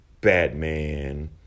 Batman